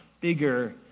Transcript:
bigger